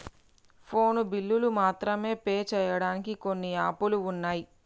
phone బిల్లులు మాత్రమే pay చెయ్యడానికి కొన్ని యాపులు వున్నయ్